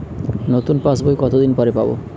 নতুন পাশ বই কত দিন পরে পাবো?